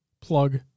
plug